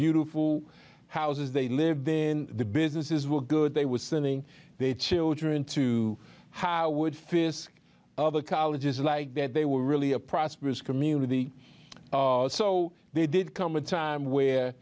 beautiful houses they lived in the businesses were good they were sending their children to how would fisk other colleges like that they were really a prosperous community so they did come a time where